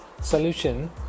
solution